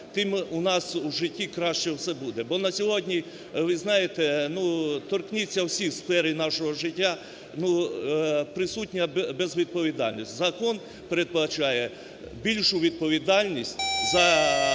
тим у нас в житті краще все буде. Бо на сьогодні, ви знаєте, ну, торкніться всіх сфер нашого життя, присутня безвідповідальність. Закон передбачає більшу відповідальність за